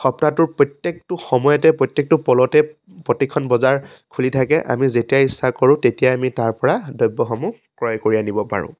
সপ্তাটোৰ প্ৰত্যেকটো সময়তে প্ৰত্যেকটো পলতে প্ৰতিখন বজাৰ খুলি থাকে আমি যেতিয়াই ইচ্ছা কৰোঁ তেতিয়াই আমি তাৰ পৰা দ্ৰব্যসমূহ ক্ৰয় কৰি আনিব পাৰোঁ